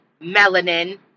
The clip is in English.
melanin